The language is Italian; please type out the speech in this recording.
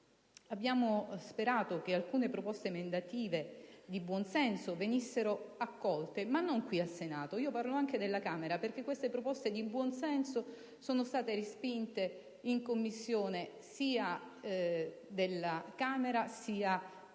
Abbiamo sperato che alcune proposte emendative di buon senso venissero accolte, ma non solo qui al Senato: parlo anche della Camera perché queste proposte di buon senso sono state respinte alla Camera sia in